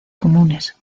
comunes